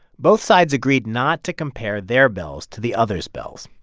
both sides agreed not to compare their bells to the other's bells,